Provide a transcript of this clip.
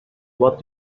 what